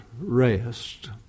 rest